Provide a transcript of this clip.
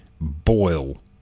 Boil